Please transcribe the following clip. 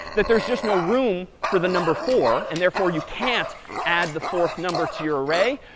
that there's just no room for the number four, and therefore you can't add the fourth number to your array,